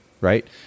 right